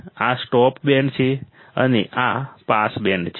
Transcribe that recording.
આ stop band છે અને આ પાસ બેન્ડ છે